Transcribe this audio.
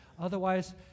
Otherwise